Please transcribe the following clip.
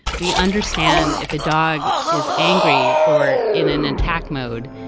we understand if a dog is angry or in an attack mode.